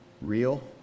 real